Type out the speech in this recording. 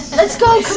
let's go!